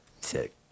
sick